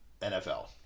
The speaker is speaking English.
NFL